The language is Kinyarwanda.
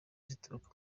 zituruka